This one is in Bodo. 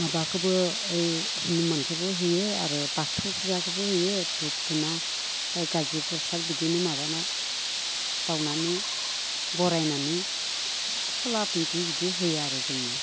माबाखौबो ओइ हनुमानखौबो होयो आरो बाथौ फुजाखौबो होयो धुप धुना गाजि प्रसाद बिदिनो माबाना बाउनानै बरायनानै हलाबदि बिदि होयो आरो जोंनिया